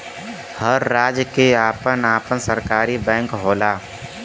हर राज्य के आपन आपन सरकारी बैंक होला